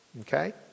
Okay